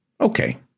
Okay